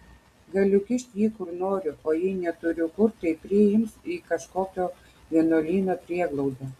galiu kišt jį kur noriu o jei neturiu kur tai priims į kažkokio vienuolyno prieglaudą